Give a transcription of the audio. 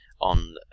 on